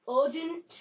Urgent